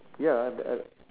ya ah the